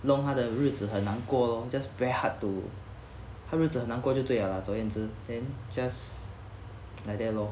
弄他的日子很难过 lor just very hard to 他日子很难过就对 liao lah 总而言之 then just like that lor